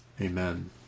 Amen